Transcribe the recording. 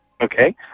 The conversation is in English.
Okay